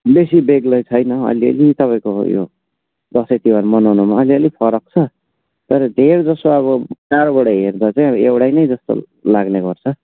बेसी बेग्लै छैन अलि अलि तपाईँको यो दसैँ तिहार मनाउनमा अलि अलि फरक छ तर धेरै जसो अब चाडबाड हेर्दा चाहिँ अब एउटै नै जस्तो लाग्ने गर्छ